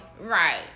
Right